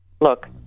look